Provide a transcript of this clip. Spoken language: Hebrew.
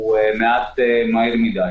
הוא מעט מהיר מידיי.